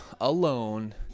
alone